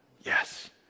Yes